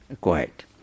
quiet